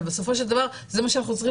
אבל בסופו של דבר זה מה שאנחנו צריכים